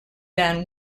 van